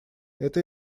это